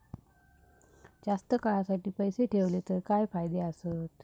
जास्त काळासाठी पैसे ठेवले तर काय फायदे आसत?